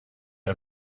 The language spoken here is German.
ein